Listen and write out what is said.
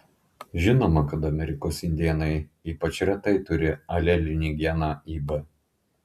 žinoma kad amerikos indėnai ypač retai turi alelinį geną ib